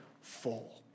full